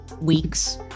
week's